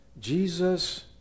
Jesus